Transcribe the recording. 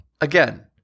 Again